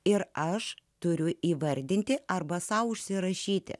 ir aš turiu įvardinti arba sau užsirašyti